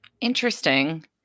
Interesting